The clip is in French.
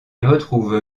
retrouve